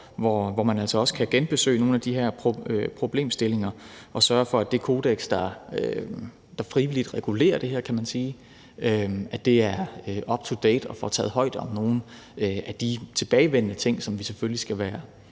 hvor man altså også kan genbesøge nogle af de her problemstillinger og sørge for, at det kodeks, der frivilligt regulerer det her, kan man sige, er up to date og tager højde for nogle af de tilbagevendende ting, som vi selvfølgelig skal være